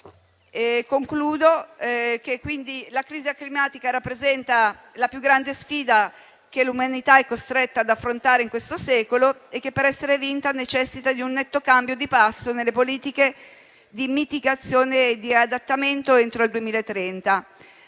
Concludo dicendo che la crisi climatica rappresenta la più grande sfida che l'umanità è costretta ad affrontare in questo secolo. Per essere vinta, essa necessita di un netto cambio di passo nelle politiche di mitigazione e di adattamento entro il 2030.